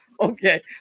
okay